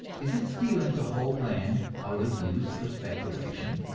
is it stealing to hold land out of use for speculation,